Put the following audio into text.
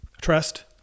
trust